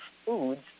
foods